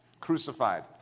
crucified